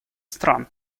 стран